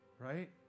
Right